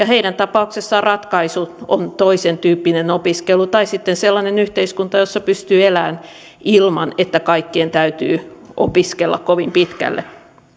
heidän tapauksessaan ratkaisu on toisentyyppinen opiskelu tai sitten sellainen yhteiskunta jossa pystyy elämään ilman että kaikkien täytyy opiskella kovin pitkälle